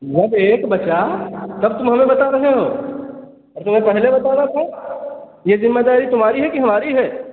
जब एक बचा तब तुम हमें बता रहे हो और तुम्हें पहले बताना था य ज़िम्मेदारी तुम्हारी है कि हमारी है